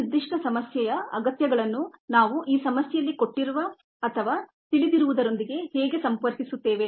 ಈ ನಿರ್ದಿಷ್ಟ ಸಮಸ್ಯೆಯ ಅಗತ್ಯಗಳನ್ನು ನಾವು ಈ ಸಮಸ್ಯೆಯಲ್ಲಿ ಕೊಟ್ಟಿರುವ ಅಥವಾ ತಿಳಿದಿರುವುದರೊಂದಿಗೆ ಹೇಗೆ ಸಂಪರ್ಕಿಸುತ್ತೇವೆ